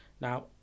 Now